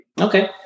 Okay